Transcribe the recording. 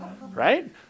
Right